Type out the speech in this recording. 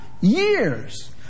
years